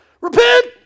repent